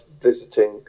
visiting